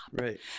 Right